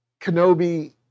Kenobi